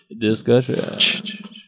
discussion